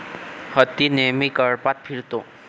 हत्ती नेहमी कळपात फिरतो